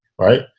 right